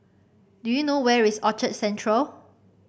do you know where is Orchard Central